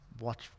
watch